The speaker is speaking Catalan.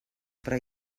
però